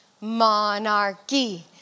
monarchy